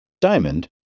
Diamond